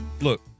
Look